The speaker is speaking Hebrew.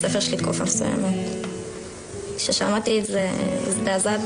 חשוב שנתחיל בסרטון כיוון שגם לכל מי שבזום וגם למי שפה,